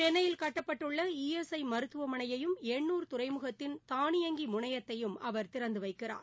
சென்னையில் கட்டப்பட்டுள்ள சாசுகளஸ் ஐ மமருத்துவமனையையும் எண்ணுர் துறைமுகத்தின் தானியங்கி முனையத்தையும் அவர் திறந்து வைக்கிறார்